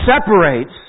separates